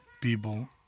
people